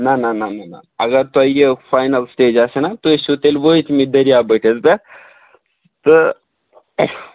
نہ نہ نہ نہ نہ اگر تۄہہِ یہِ فاینَل سِٹیج آسہِ ہہَ نہَ تُہۍ ٲسۍ ہِو تیٚلہِ وٲتۍ مٕتۍ دٔریاو بٔٹھِس پٮ۪ٹھ تہٕ